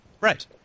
Right